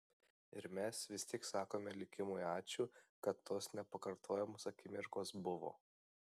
ir mes vis tiek sakome likimui ačiū kad tos nepakartojamos akimirkos buvo